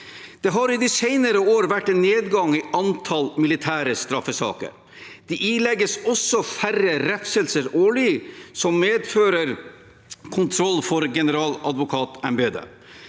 Det har i de senere år vært en nedgang i antall militære straffesaker. Det ilegges også færre refselser årlig som medfører kontroll for Generaladvokatembetet.